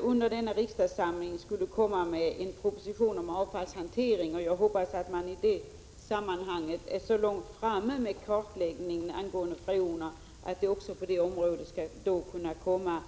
under detta riksmöte kommer med en proposition om avfallshanteringen. Jag hoppas att man i det sammanhanget är så långt framme med kartläggningen angående freoner att förslag om bestämmelser också på det området skall kunna framläggas.